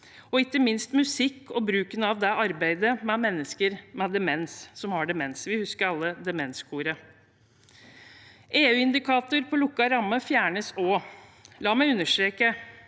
og ikke minst musikk og bruken av det i arbeidet med mennesker som har demens. Vi husker alle Demenskoret. EU-indikatoren på lukket ramme fjernes også. La meg understreke